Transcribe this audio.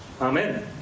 Amen